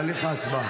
בעד מדברים על הסתה?